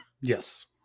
Yes